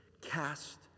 cast